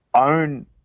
own